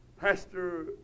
pastor